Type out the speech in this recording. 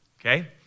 Okay